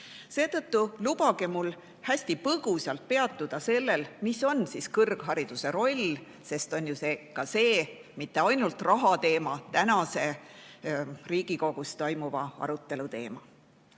Seetõttu lubage mul hästi põgusalt peatuda sellel, mis on kõrghariduse roll, sest on ju ka see, mitte ainult rahateema, täna Riigikogus toimuva arutelu teema.